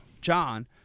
John